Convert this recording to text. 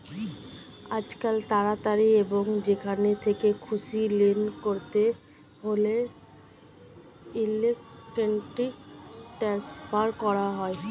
আজকাল তাড়াতাড়ি এবং যেখান থেকে খুশি লেনদেন করতে হলে ইলেক্ট্রনিক ট্রান্সফার করা হয়